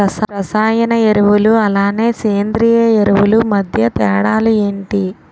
రసాయన ఎరువులు అలానే సేంద్రీయ ఎరువులు మధ్య తేడాలు ఏంటి?